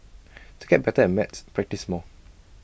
to get better at maths practise more